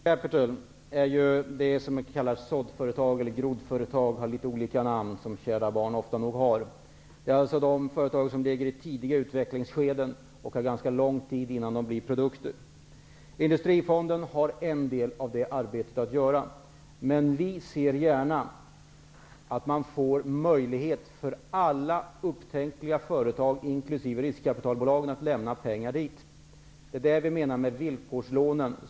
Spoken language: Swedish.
Herr talman! ''Seed capital'' är ju det som kallas såddföretag eller groddföretag. Det har olika namn som kärt barn ofta har. Det handlar om företag i tidiga utvecklingsskeden där det tar ganska lång tid innan det kommer fram produkter. Industrifonden har en del av det arbetet att göra. Men vi ser gärna att det ges möjlighet för alla upptänkliga företag, inkl. riskkapitalbolagen, att lämna pengar till detta. Det är detta vi menar med villkorslånen.